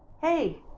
Hey